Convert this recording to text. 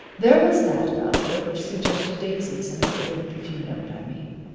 there was that about her which suggested daisies in a field, if you know what i mean.